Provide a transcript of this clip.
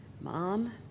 Mom